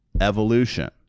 evolution